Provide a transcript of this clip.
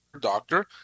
doctor